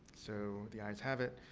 so, the ayes have it.